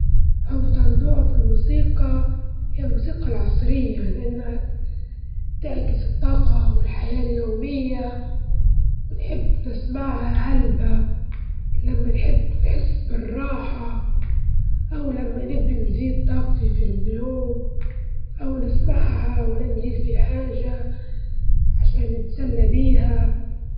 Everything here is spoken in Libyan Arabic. أول حاجة نجيب كذا نوع من الفواكه مثل التفاح والموز والبرتقال ونقطعهم قطع صغيرة، ونضيفوا شوية عسل أو عصير ليمون لو حبيت، وممكن نضيف مكسرات أو زبادي لتحسين الطعم أو عصير فاكهة أي حاجة.